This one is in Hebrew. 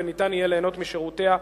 וניתן יהיה ליהנות משירותיה,